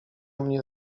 mnie